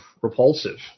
repulsive